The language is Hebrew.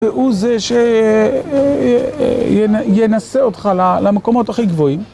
הוא זה שינשא אותך למקומות הכי גבוהים.